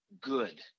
good